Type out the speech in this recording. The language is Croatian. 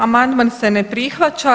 Amandman se ne prihvaća.